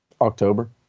October